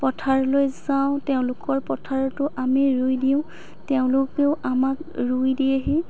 পথাৰলৈ যাওঁ তেওঁলোকৰ পথাৰতো আমি ৰুই দিওঁ তেওঁলোকেও আমাক ৰুই দিয়েহি